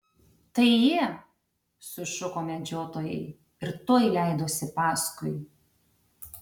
tai jie sušuko medžiotojai ir tuoj leidosi paskui